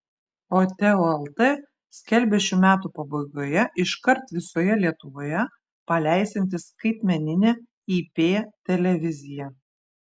o teo lt skelbia šių metų pabaigoje iškart visoje lietuvoje paleisiantis skaitmeninę ip televiziją